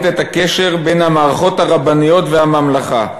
את הקשר בין המערכות הרבניות לממלכה.